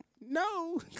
no